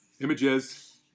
Images